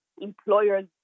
employers